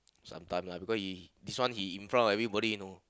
sometime lah because he this one he in front of everybody you know